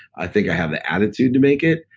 i think i have the attitude to make it.